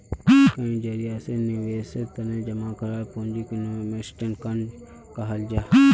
कई जरिया से निवेशेर तने जमा कराल पूंजीक इन्वेस्टमेंट फण्ड कहाल जाहां